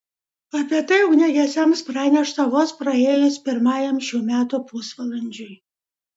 apie tai ugniagesiams pranešta vos praėjus pirmajam šių metų pusvalandžiui